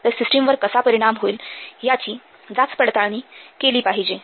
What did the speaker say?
तर सिस्टिमवर कसा परिणाम होईल याची जाचपडताळणी केली पाहिजे